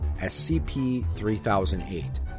SCP-3008